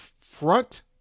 front